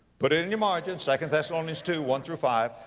put it in your margin, second thessalonians two, one through five,